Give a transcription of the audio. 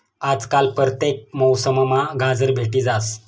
आजकाल परतेक मौसममा गाजर भेटी जास